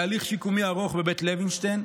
בהליך שיקומי ארוך בבית לוינשטיין,